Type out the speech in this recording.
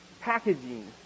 packaging